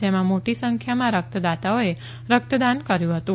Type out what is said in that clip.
જેમાં મોટી સંખ્યામાં રક્તદાતાઓએ રક્તદાન કર્યું હતું